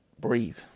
breathe